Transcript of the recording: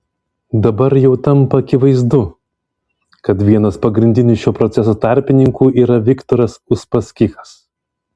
dabar jau tampa akivaizdu kad vienas pagrindinių šio proceso tarpininkų yra viktoras uspaskichas